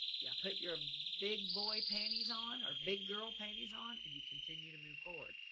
yeah, put your big boy panties on or big girl panties on and you continue to move forward.